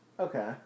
Okay